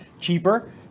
cheaper